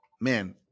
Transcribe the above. man